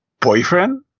Boyfriend